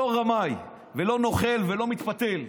לא רמאי ולא נוכל ולא מתפתל.